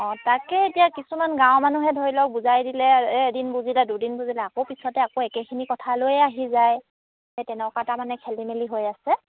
অঁ তাকে এতিয়া কিছুমান গাঁওৰ মানুহে ধৰি লওক বুজাই দিলে এদিন বুজিলে দুদিন বুজিলে আকৌ পিছতে আকৌ একেখিনি কথালৈয়ে আহি যায় সেই তেনেকুৱা এটা মানে খেলি মেলি হৈ আছে